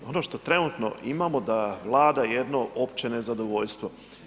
Ono što trenutno imamo da vlada jedno opće nezadovoljstvo.